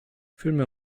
filme